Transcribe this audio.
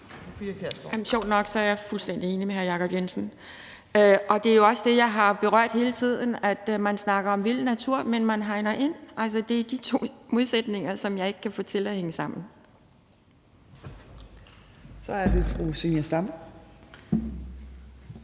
Sjovt nok er jeg fuldstændig enig med hr. Jacob Jensen, og det er jo også det, jeg har berørt hele tiden. Man snakker om vild natur, men man hegner ind. Det er de to modsætninger, som jeg ikke kan få til at hænge sammen. Kl. 12:04 Tredje